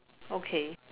okay